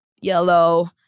yellow